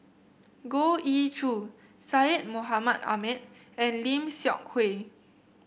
Goh Ee Choo Syed Mohamed Ahmed and Lim Seok Hui